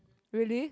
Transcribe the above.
really